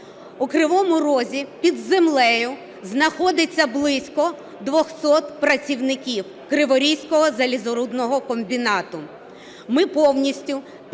у Кривому Розі під землею знаходиться близько 200 працівників Криворізького залізорудного комбінату.